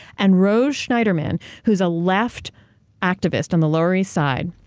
and rose schneiderman, who's a left activist on the lower east side,